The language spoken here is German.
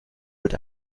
wird